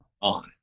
on